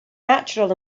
natural